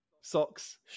Socks